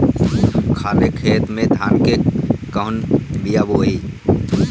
खाले खेत में धान के कौन बीया बोआई?